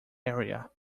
area